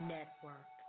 Network